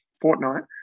fortnight